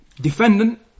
defendant